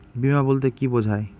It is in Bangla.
বিমা বলতে কি বোঝায়?